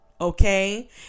okay